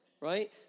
right